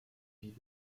viele